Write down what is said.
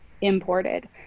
imported